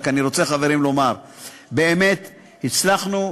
אני רק רוצה,